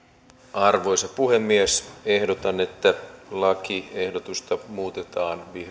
arvoisa puhemies ehdotan että lakiehdotusta muutetaan